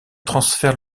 transfert